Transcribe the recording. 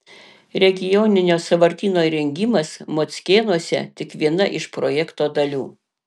regioninio sąvartyno įrengimas mockėnuose tik viena iš projekto dalių